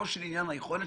יכולת